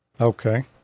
Okay